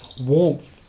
warmth